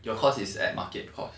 your cost is at market cost